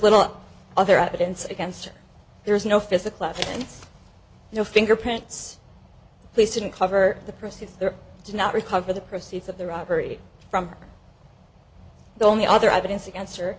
little other evidence against there is no physical evidence no fingerprints place and cover the person there did not recover the proceeds of the robbery from the only other evidence against her